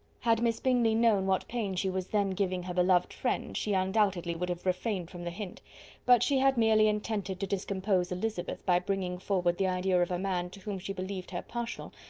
had miss bingley known what pain she was then giving her beloved friend, she undoubtedly would have refrained from the hint but she had merely intended to discompose elizabeth by bringing forward the idea of a man to whom she believed her partial,